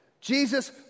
Jesus